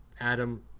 Adam